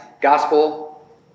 gospel